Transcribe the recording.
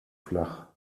flach